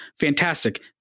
fantastic